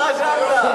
מה חשבת?